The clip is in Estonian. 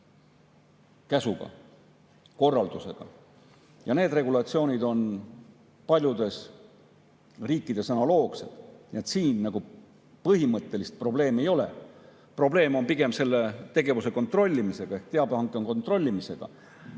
käsul, korraldusel. Need regulatsioonid on paljudes riikides analoogsed. Siin põhimõttelist probleemi ei ole, probleem on pigem selle tegevuse kontrollimisega ehk teabehanke kontrollimisega.